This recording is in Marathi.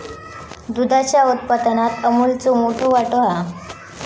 दुधाच्या उत्पादनात अमूलचो मोठो वाटो हा